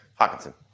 Hawkinson